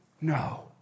No